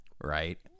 right